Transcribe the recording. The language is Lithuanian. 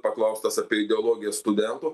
paklaustas apie ideologiją studentų